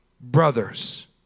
brothers